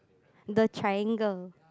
the triangle